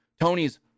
Tony's